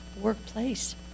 workplace